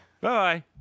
Bye